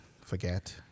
forget